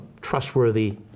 trustworthy